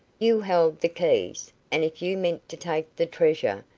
you held the keys, and if you meant to take the treasure,